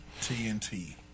TNT